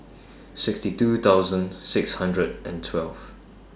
sixty two thousand six hundred and twelve